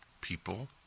people